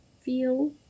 feel